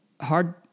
hard